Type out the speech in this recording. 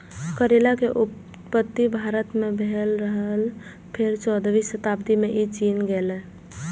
करैला के उत्पत्ति भारत मे भेल रहै, फेर चौदहवीं शताब्दी मे ई चीन गेलै